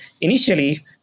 initially